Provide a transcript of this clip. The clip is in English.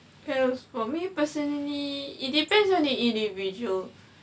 well for me personally it depends only the individual